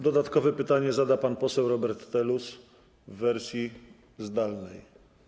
Dodatkowe pytanie zada pan poseł Robert Telus w wersji zdalnej.